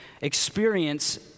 experience